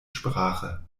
sprache